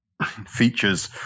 features